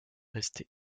resté